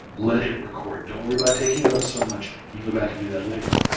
let it record. don't worry about taking up so much. you can go back and do that later.